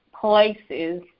places